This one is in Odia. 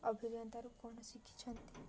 ଅଭିଜ୍ଞତାରୁ କ'ଣ ଶିଖିଛନ୍ତି